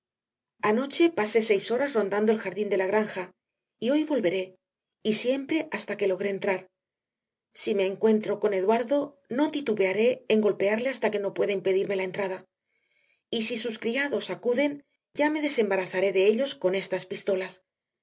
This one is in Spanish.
anoche pasé seis horas rondando el jardín de la granja y hoy volveré y siempre hasta que logre entrar si me encuentro con eduardo no titubearé en golpearle hasta que no pueda impedirme la entrada y si sus criados acuden ya me desembarazaré de ellos con estas pistolas